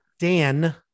Dan